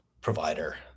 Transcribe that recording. provider